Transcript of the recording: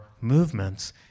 movements